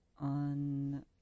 on